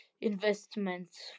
investments